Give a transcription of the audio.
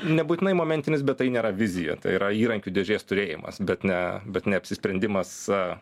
nebūtinai momentinis bet tai nėra vizija tai yra įrankių dėžės turėjimas bet ne bet ne neapsisprendimas a